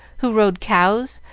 who rode cows,